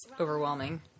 overwhelming